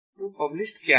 तो पब्लिश्ड क्या है